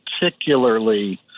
particularly